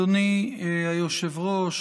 אדוני היושב-ראש,